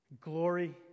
glory